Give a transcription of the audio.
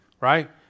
Right